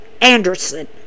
Anderson